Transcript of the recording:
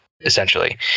essentially